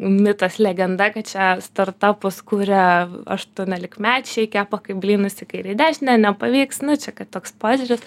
mitas legenda kad čia startapus kuria aštuoniolikmečiai kepa kaip blynus į kairę į dešinę nepavyks nu čia kad toks požiūris